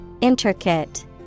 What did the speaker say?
Intricate